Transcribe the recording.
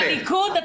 אתה